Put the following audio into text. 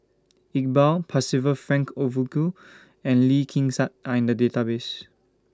Iqbal Percival Frank Aroozoo and Lee Kin Tat Are in The Database